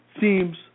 seems